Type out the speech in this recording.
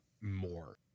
more